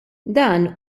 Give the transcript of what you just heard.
dan